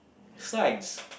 Science